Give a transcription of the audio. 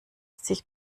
sich